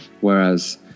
whereas